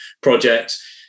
projects